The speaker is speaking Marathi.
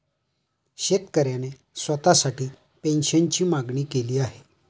शेतकऱ्याने स्वतःसाठी पेन्शनची मागणी केली आहे